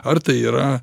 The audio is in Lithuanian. ar tai yra